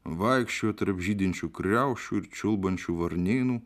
vaikščiojo tarp žydinčių kriaušių ir čiulbančių varnėnų